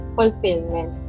fulfillment